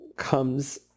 comes